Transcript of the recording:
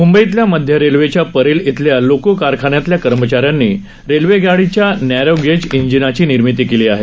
मुंबईत मध्य रेल्वेच्या परेल इथल्या लोको कारखान्यातल्या कर्मचाऱ्यांनी रेल्वेगाडीच्या नॅरो गेज इंजिनाची निर्मिती केली आहे